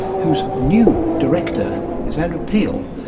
whose new director is andrew peele.